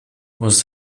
was